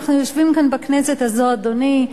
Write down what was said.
אנחנו יושבים כאן בכנסת הזאת, אדוני,